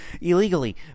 illegally